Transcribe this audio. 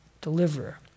deliverer